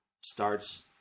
starts